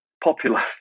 popular